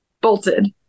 bolted